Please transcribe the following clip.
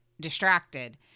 distracted